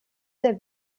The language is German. der